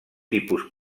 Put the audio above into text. tipus